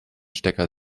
stecker